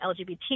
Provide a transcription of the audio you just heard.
LGBT